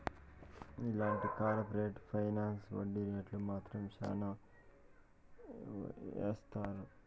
ఇలాంటి corporate finance వడ్డీ రేటు మాత్రం శ్యానా ఏత్తారు